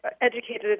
educated